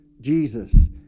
Jesus